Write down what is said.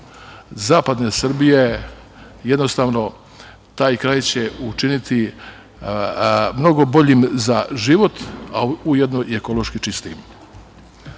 Zapadne Srbije, jednostavno taj kraj će učini mnogo boljim za život a ujedno i ekološki čistijim. Još